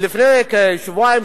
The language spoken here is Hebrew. לפני שבועיים,